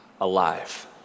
alive